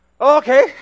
Okay